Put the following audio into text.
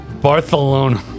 Barcelona